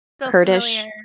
Kurdish